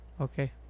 okay